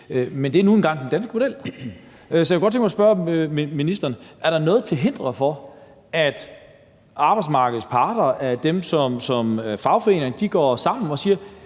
Men det er nu engang den danske model. Så jeg kunne godt tænke mig at spørge ministeren: Er der noget til hinder for, at fagforeningerne går sammen i